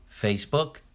Facebook